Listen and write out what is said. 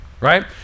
right